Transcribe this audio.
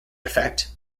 effect